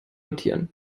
notieren